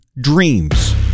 Dreams